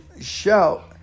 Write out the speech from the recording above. shout